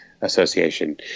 association